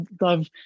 love